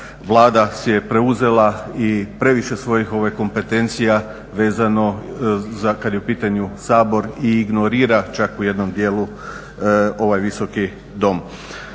Vlada si je preuzela i previše svojih kompetencija vezano za kad je u pitanju Sabor i ignorira čak u jednom djelu ovaj Visoki Dom.